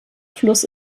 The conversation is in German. fluss